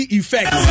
effect